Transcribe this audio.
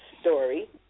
story